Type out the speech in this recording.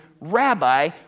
Rabbi